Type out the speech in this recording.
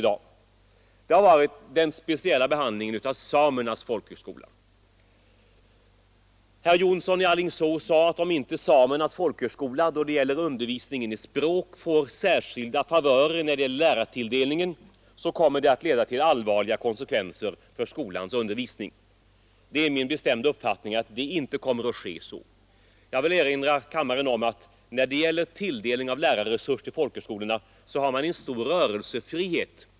Det har gällt den speciella behandlingen av Samernas folkhögskola. Herr Jonsson i Alingsås sade att om inte Samernas folkhögskola då det gäller undervisningen i språk får särskilda favörer vid lärartilldelningen så kommer det att bli allvarliga konsekvenser för skolans undervisning. Det är min bestämda uppfattning att det inte kommer att bli så. Jag vill erinra kammaren om att när det gäller tilldelningen av lärarresurser till folkhögskolorna har man en stor rörelsefrihet.